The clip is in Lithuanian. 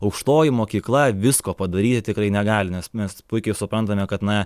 aukštoji mokykla visko padaryti tikrai negali nes mes puikiai suprantame kad na